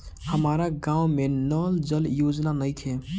हमारा गाँव मे नल जल योजना नइखे?